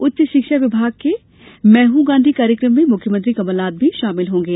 उच्च शिक्षा विभाग के मैं हूं गांधी कार्यक्रम में मुख्यमंत्री कमलनाथ भी शामिल होंगे